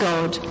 God